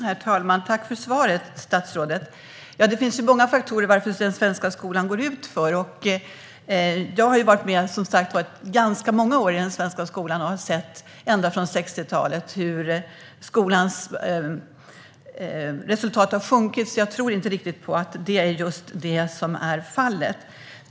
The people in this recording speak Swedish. Herr talman! Tack för svaret, statsrådet! Det finns många faktorer som har gjort att den svenska skolan har gått utför. Jag har varit med ganska många år - ända sedan 60-talet - i den svenska skolan och har sett hur skolresultaten har sjunkit. Jag tror inte riktigt på att det är detta som är fallet.